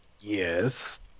Yes